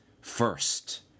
first